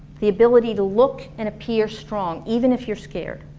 the ability to look and appear strong even if you're scared